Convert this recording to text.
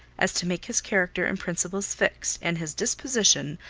as to make his character and principles fixed and his disposition,